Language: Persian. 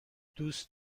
دوست